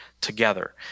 together